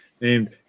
named